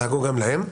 דאגו גם להם.